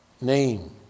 name